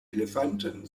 elefanten